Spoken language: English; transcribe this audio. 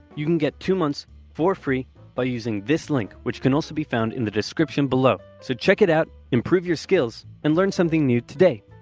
you can get two months for free by using this link, which can also be found in the description below. so check it out, improve your skills, and learn something new today.